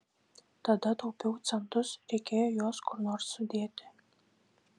tada taupiau centus reikėjo juos kur nors sudėti